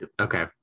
Okay